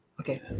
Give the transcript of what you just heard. okay